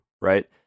right